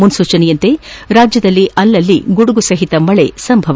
ಮುನ್ಲೂಚನೆಯಂತೆ ರಾಜ್ಯದಲ್ಲಿ ಅಲ್ಲಲ್ಲಿ ಗುಡುಗು ಸಹಿತ ಮಳೆ ಸಂಭವ